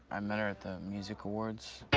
i met her at the music awards.